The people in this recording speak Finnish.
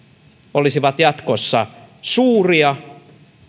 olisivat käytännössä jatkossa suuria